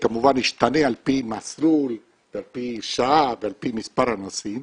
שישתנה על פי מסלול ועל פי שעה ועל פי מספר הנוסעים,